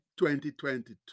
2022